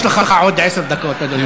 יש לך עוד עשר דקות, אדוני.